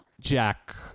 Jack